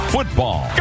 Football